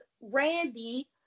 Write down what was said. randy